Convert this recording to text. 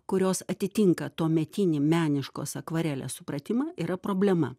kurios atitinka tuometinį meniškos akvarelės supratimą yra problema